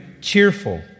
cheerful